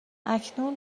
اکنون